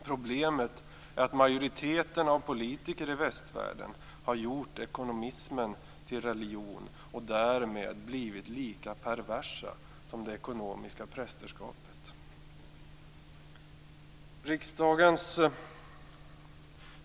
Problemet är att majoriteten av politikerna i västvärlden har gjort ekonomismen till religion och därmed blivit lika perversa som det ekonomiska prästerskapet.